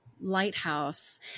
lighthouse